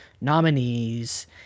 nominees